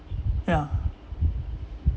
ya